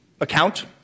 account